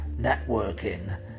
Networking